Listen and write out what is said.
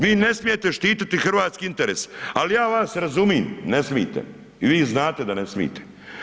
Vi ne smijete štititi hrvatski interes, ali ja vas razumijem, ne smijete i vi znate da ne smijete.